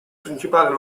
principali